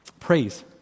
Praise